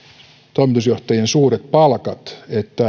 toimitusjohtajien suuret palkat